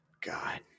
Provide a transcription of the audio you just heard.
God